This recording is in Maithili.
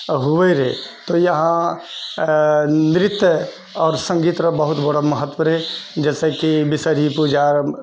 हुवै रहै तऽयहाँ नृत्य आओर सङ्गीत रऽ बहुत बड़ए महत्व रहै जैसेकी बिषहरी पूजा